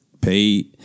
pay